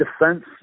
defense